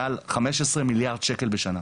מעל 15 מיליארד שקל בשנה,